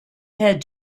head